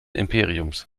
imperiums